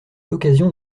l’occasion